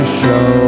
show